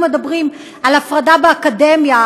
אם אנחנו מדברים על הפרדה באקדמיה,